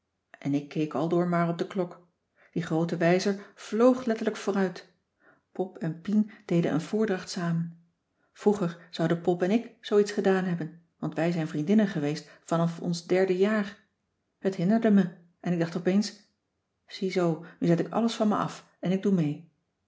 en ik keek aldoor maar op de klok die groote wijzer vloog letterlijk vooruit pop en cissy van marxveldt de h b s tijd van joop ter heul pien deden een voordracht samen vroeger zouden pop en ik zoo iets gedaan hebben want wij zijn vriendinnen geweest vanaf ons derde jaar t hinderde me en ik dacht opeens ziezoo nu zet ik alles van me af en ik doe mee